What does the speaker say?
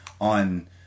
on